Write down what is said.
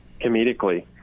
comedically